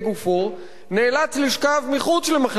נאלץ לשכב מחוץ למחלקת הכוויות,